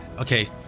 okay